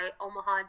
Omaha